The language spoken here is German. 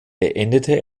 beendete